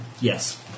Yes